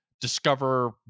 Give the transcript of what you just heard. discover